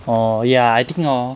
orh ya I think hor